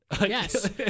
yes